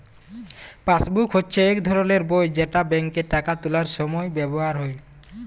passbook হচ্যে ইক ধরলের বই যেট ব্যাংকে টাকা তুলার সময় ব্যাভার ক্যরে